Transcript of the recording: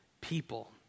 people